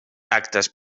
actes